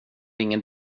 ingen